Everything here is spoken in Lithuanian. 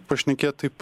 pašnekėt taip